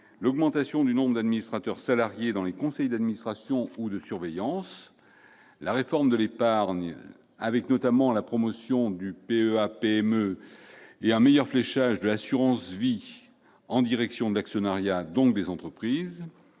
; augmentation du nombre d'administrateurs salariés dans les conseils d'administration ou de surveillance ; réforme de l'épargne, avec notamment la promotion du PEA-PME et un meilleur fléchage de l'assurance vie en direction de l'actionnariat, donc des entreprises